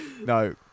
No